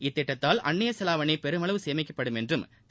இத்திட்டத்தால் அன்னியச் செலாவணி பெருமளவு சேமிக்கப்படும் என்றும் திரு